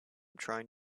trying